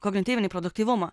kognityvinį produktyvumą